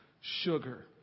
sugar